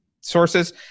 sources